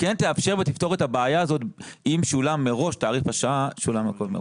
כן תאפשר ותפתור את הבעיה הזאת אם בתעריף השעה שולם הכול מראש.